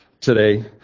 today